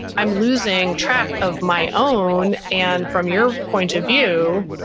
i'm losing track of my own. and from your point of view,